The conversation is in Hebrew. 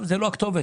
ואתם לא הכתובת